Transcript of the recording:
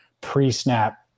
pre-snap